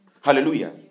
Hallelujah